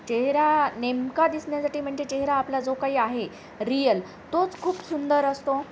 चेहरा नेमका दिसण्यासाठी म्हणजे चेहरा आपला जो काही आहे रियल तोच खूप सुंदर असतो